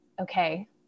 okay